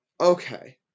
Okay